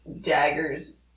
daggers